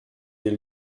des